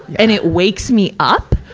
and it wakes me up,